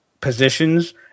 positions